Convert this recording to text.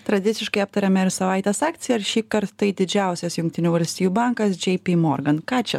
tradiciškai aptariame ir savaitės akciją ar šįkart tai didžiausias jungtinių valstijų bankas džei py morgan ką čia